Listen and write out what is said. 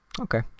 Okay